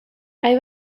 hay